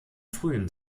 frühen